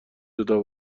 جدا